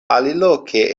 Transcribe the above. aliloke